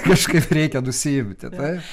kažkaip reikia nusiimti taip